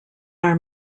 are